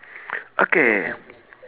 okay